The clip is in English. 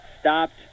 Stopped